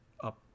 up